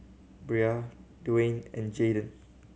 Brea Dwain and Jayden